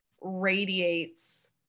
radiates